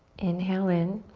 inhale in.